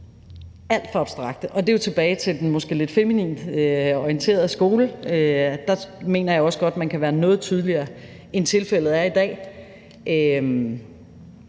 alt for abstrakte – og det er jo tilbage til den måske lidt feminint orienterede skole. Der mener jeg også godt, man kan være noget tydeligere, end tilfældet er i dag.